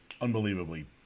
unbelievably